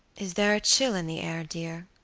is there a chill in the air, dear?